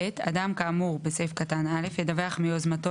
(ב) אדם כאמור בסעיף קטן (א) ידווח מיוזמתו